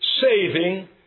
saving